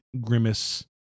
grimace